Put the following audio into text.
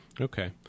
Okay